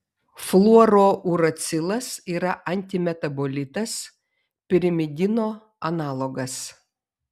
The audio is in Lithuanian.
fluorouracilas yra antimetabolitas pirimidino analogas